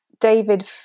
David